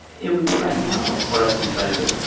it would be writing novels what else did you try to do?